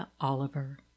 Oliver